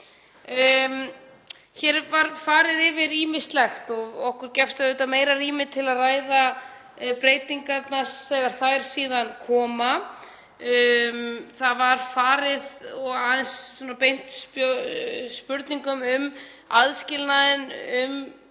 Hér var farið yfir ýmislegt og okkur gefst auðvitað meira rými til að ræða breytingarnar þegar þær síðan koma. Það var aðeins spurt um aðskilnaðinn,